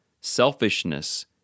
selfishness